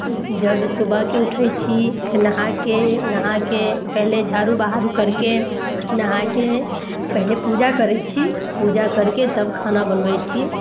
जब सुबहके उठय छी तऽ नहाके नहाके पहिले झाडू बहारू करिके नहाके पहिले पूजा करय छी पूजा करके तब खाना बनबय छी